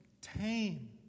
tame